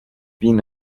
بین